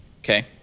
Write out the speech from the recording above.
Okay